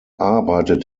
arbeitet